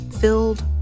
filled